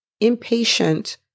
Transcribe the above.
impatient